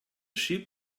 sheep